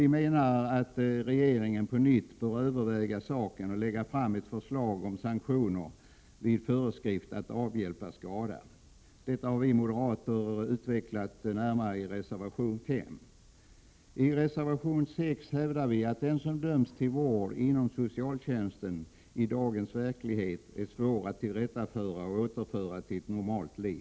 Vi menar att regeringen på nytt bör överväga saken och lägga fram ett förslag om sanktioner vid föreskrift att avhjälpa skada. Detta har vi moderater utvecklat närmare i reservation 5. I reservation 6 hävdar vi att den som dömts till vård inom socialtjänsten i dagens verklighet är svår att tillrättaföra.